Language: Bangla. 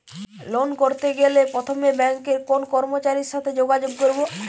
লোন করতে গেলে প্রথমে ব্যাঙ্কের কোন কর্মচারীর সাথে যোগাযোগ করব?